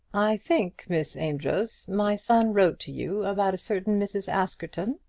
i think, miss amedroz, my son wrote to you about a certain mrs. askerton?